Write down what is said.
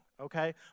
okay